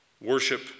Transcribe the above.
Worship